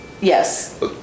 yes